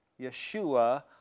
Yeshua